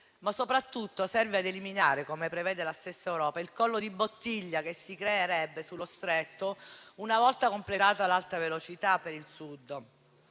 ma soprattutto serve ad eliminare, come prevede la stessa Europa, il collo di bottiglia che si creerebbe sullo Stretto una volta completata l'alta velocità per il Sud.